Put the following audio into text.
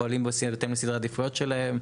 הפועלים בו עושים בהתאם לסדרי העדיפויות שלהם.